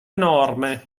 enorme